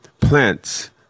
plants